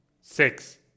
Six